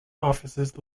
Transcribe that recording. offices